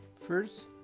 first